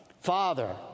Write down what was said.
father